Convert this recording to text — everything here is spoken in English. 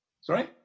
sorry